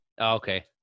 Okay